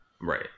right